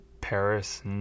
Paris